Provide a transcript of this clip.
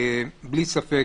בלי ספק,